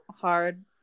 hard